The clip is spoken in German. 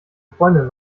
freundin